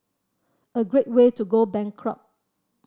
a great way to go bankrupt